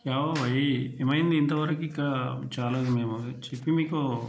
క్యాహువా భాయ్ ఏమైంది ఇంతవరకు ఇక చాలదు మేము చెప్పి మీకు